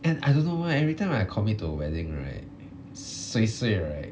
and I don't know why every time I commit to a wedding right suay suay right